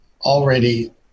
already